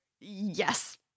Yes